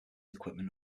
equipment